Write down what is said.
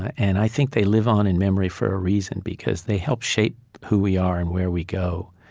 and i think they live on in memory for a reason, because they help shape who we are and where we go.